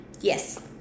Yes